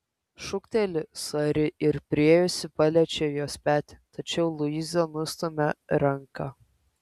šūkteli sari ir priėjusi paliečia jos petį tačiau luiza nustumia ranką